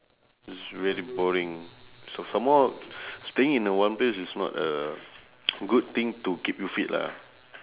it's very boring s~ some more staying in a one place is not a good thing to keep you fit lah